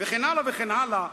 וכן הלאה וכן הלאה.